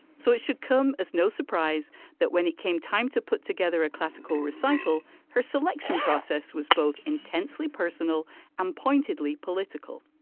so it should come as no surprise that when it came time to put together a classical recital her selection process was both intensely personal and pointedly political.